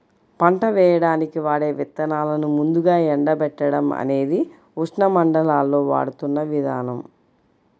పంట వేయడానికి వాడే విత్తనాలను ముందుగా ఎండబెట్టడం అనేది ఉష్ణమండలాల్లో వాడుతున్న విధానం